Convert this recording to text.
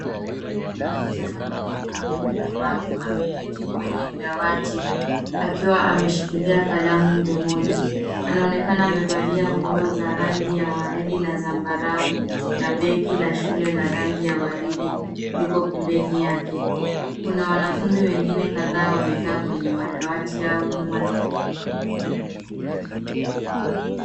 Darasani kuna msichana mdogo mwenye ulemavu ameketi kwenye dawati, akiwa ameshikilia kalamu mdomoni. Anaonekana amevalia nguo za rangi ya waridi na zambarau na begi la shule la rangi ya waridi liko pembeni yake. Kuna wanafunzi wengine kadhaa wameketi kwenye madawati yao nyuma yake.